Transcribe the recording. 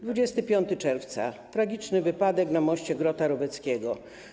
25 czerwca - tragiczny wypadek na moście Grota-Roweckiego.